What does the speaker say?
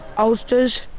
oldsters,